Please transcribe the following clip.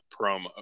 promo